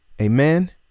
amen